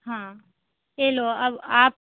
हाँ ये लो अब आप